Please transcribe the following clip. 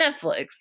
Netflix